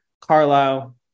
Carlisle